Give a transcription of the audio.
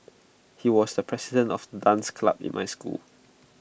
he was the president of dance club in my school